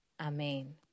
Amen